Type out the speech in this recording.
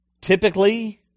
Typically